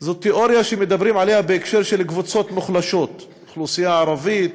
זה תיאוריה שמדברים עליה בהקשר של קבוצות מוחלשות: האוכלוסייה הערבית,